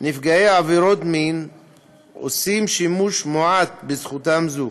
נפגעי עבירות מין עושים שימוש מועט בזכותם זו,